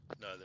No